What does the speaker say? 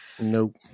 Nope